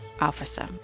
officer